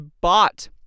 bought